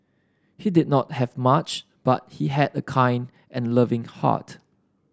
he did not have much but he had a kind and loving heart